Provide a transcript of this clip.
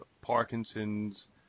Parkinson's